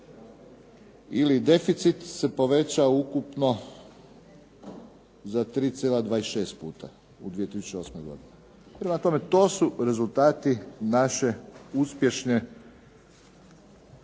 ili deficit se povećao ukupno za 3,26 puta u 2008. godini. Prema tome, to su rezultati naše uspješne,